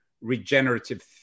regenerative